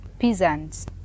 peasants